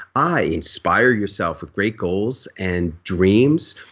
i, inspire yourself with great goals and dreams.